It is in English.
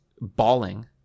bawling